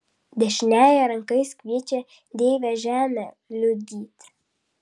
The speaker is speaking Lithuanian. dešiniąja ranka jis kviečia deivę žemę liudyti